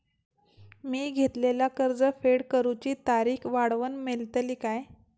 मी घेतलाला कर्ज फेड करूची तारिक वाढवन मेलतली काय?